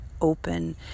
open